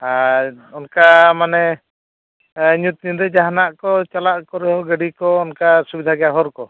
ᱟᱨ ᱚᱱᱠᱟ ᱢᱟᱱᱮ ᱧᱩᱛ ᱧᱤᱫᱟᱹ ᱡᱟᱦᱟᱱᱟᱜ ᱠᱚ ᱪᱟᱞᱟᱜ ᱠᱚ ᱜᱟᱹᱰᱤ ᱠᱚ ᱚᱱᱠᱟ ᱚᱥᱩᱵᱤᱫᱟ ᱜᱮᱭᱟ ᱦᱚᱨ ᱠᱚ